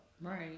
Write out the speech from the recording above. Right